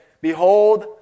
behold